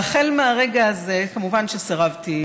והחל מהרגע הזה, מובן שסירבתי